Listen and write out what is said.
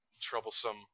troublesome